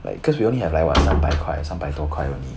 like cause we only have like what 三百块三百多块 only